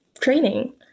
training